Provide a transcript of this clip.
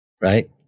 right